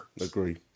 agree